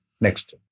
Next